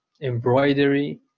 embroidery